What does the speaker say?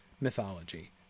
mythology